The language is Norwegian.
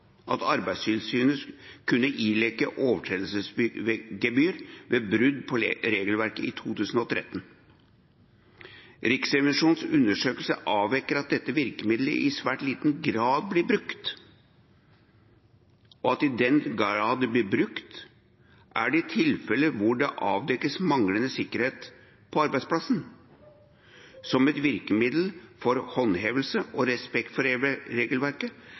ved brudd på regelverket i 2013. Riksrevisjonens undersøkelse avdekker at dette virkemiddelet i svært liten grad blir brukt, og at i den grad det blir brukt, er det i tilfeller hvor det avdekkes manglende sikkerhet på arbeidsplassen. Som et virkemiddel for håndhevelse og respekt for regelverket